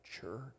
church